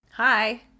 Hi